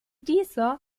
dieser